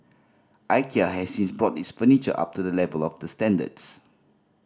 Ikea has since brought its furniture up to the level of the standards